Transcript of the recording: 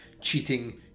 cheating